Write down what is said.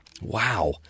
Wow